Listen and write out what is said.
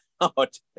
out